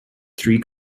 three